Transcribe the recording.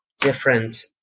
different